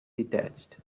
detached